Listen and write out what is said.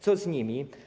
Co z nimi?